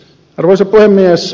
arvoisa puhemies